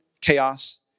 chaos